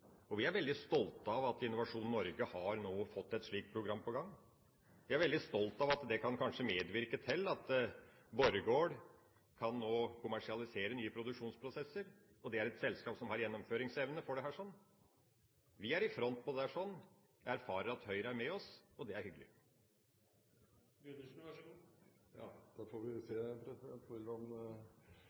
produkter. Vi er veldig stolte av at Innovasjon Norge nå har et slikt program på gang. Vi er veldig stolte av at det kanskje kan medvirke til at Borregaard nå kan kommersialisere nye produksjonsprosesser, og det er et selskap som har gjennomføringsevne når det gjelder dette. Vi er i front på dette, erfarer at Høyre er med oss, og det er hyggelig. Ja, da får vi se